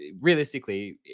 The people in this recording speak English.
realistically